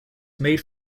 made